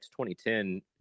2010